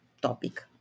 topic